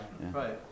right